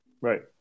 right